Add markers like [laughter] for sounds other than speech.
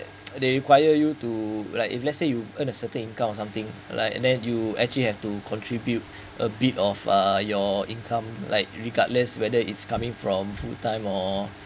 [noise] they require you to like if let's say you earn a certain income or something like and then you actually have to contribute a bit of uh your income like regardless whether it's coming from full time or